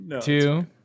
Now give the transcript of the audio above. two